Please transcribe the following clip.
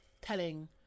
telling